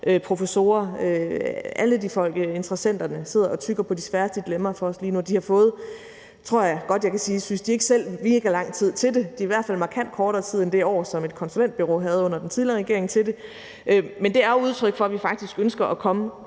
professorer, alle interessenterne, der lige nu sidder og tygger på de allersværeste dilemmaer for os, og jeg tror godt, at jeg kan sige, at de ikke selv synes, at de har fået lang tid til det. Det er i hvert fald markant kortere tid end det år, som et konsulentbureau havde til det under den tidligere regering. Men det er et udtryk for, at vi faktisk ønsker at komme